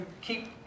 keep